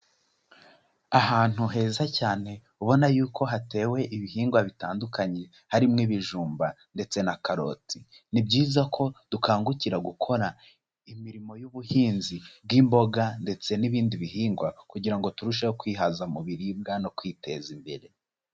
Ahantu heza cyane ubona yuko hatewe ibihingwa bitandukanye, harimo ibijumba ndetse na karoti, ni byiza ko dukangukira gukora imirimo y'ubuhinzi bw'imboga ndetse n'ibindi bihingwa kugira ngo turusheho kwihaza mu biribwa no kwiteza imbere.